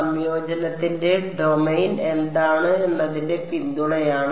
സംയോജനത്തിന്റെ ഡൊമെയ്ൻ എന്താണ് എന്നതിന്റെ പിന്തുണയാണ്